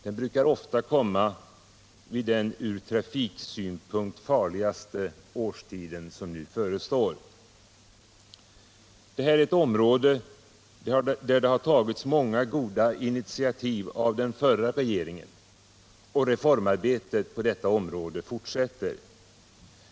Den brukar alltid komma vid den från trafiksäkerhetssynpunkt farligaste årstiden, den som nu förestår. På detta område har den förra regeringen tagit många goda initiativ, och reformarbetet fortsätter.